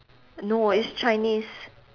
no eh it's chinese